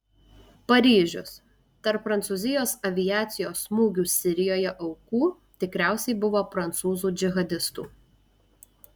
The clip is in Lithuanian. paryžius tarp prancūzijos aviacijos smūgių sirijoje aukų tikriausiai buvo prancūzų džihadistų